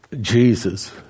Jesus